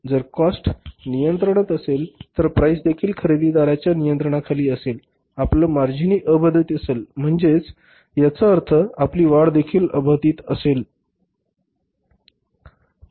तर जर काॅस्ट नियंत्रणात असेल तर प्राइस देखील खरेदीदारांच्या नियंत्रणाखाली असेल आपलं मार्जिनही अबाधित असेल म्हणजे त्याचा अर्थ आपली वाढ देखील अबाधित असेल